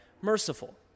merciful